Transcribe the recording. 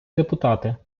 депутати